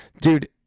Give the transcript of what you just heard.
dude